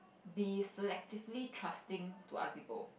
be selectively trusting to other people